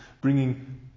bringing